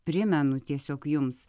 primenu tiesiog jums